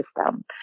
system